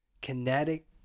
kinetic